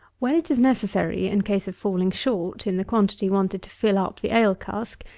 when it is necessary, in case of falling short in the quantity wanted to fill up the ale cask,